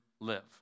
live